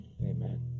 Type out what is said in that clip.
Amen